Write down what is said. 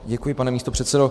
Děkuji, pane místopředsedo.